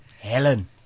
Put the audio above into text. Helen